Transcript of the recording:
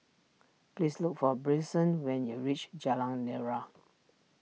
please look for Bryson when you reach Jalan Nira